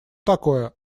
такое